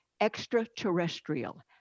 Extraterrestrial